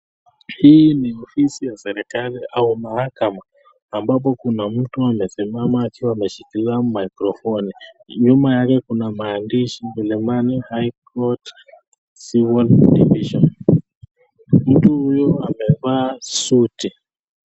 Hii ni ofisi ya serikali au mahakama ambapo kuna mtu amesimama akiwa ameshikilia maikrofoni. Nyuma yake kuna maandishi: Milimani High Court Civil Division. Mtu huyo amevaa suti.